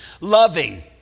loving